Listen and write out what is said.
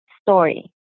story